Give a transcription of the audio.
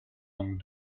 donc